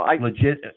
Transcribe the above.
legit